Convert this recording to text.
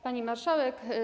Pani Marszałek!